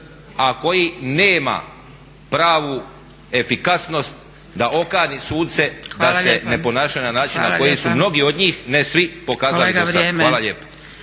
a koji nema pravu efikasnost da okani suce da se ne ponašaju na način na koji su mnogi od njih, ne svi, pokazali dosad. Hvala lijepa.